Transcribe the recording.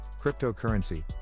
cryptocurrency